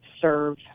serve